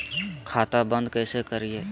खाता बंद कैसे करिए?